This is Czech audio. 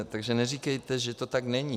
Takže neříkejte, že to tak není.